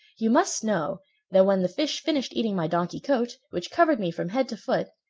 you must know that when the fish finished eating my donkey coat, which covered me from head to foot,